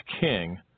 king